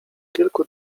kilku